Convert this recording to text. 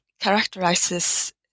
characterizes